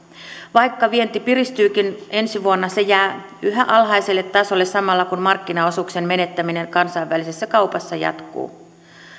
vaikka vienti piristyykin ensi vuonna se jää yhä alhaiselle tasolle samalla kun markkinaosuuksien menettäminen kansainvälisessä kaupassa jatkuu